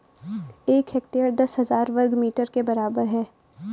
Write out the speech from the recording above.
एक हेक्टेयर दस हजार वर्ग मीटर के बराबर है